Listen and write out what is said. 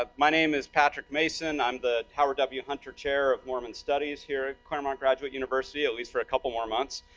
my name is patrick mason, i'm the howard w. hunter chair of mormon studies here at claremont graduate university, at least for a couple more months.